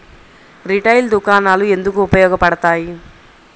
Retail దుకాణాలు ఎందుకు ఉపయోగ పడతాయి?